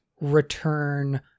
return